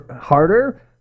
harder